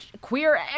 queer